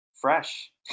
fresh